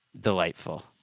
delightful